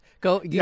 Go